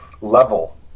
level